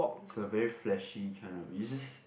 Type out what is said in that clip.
is a very flashy kind of you just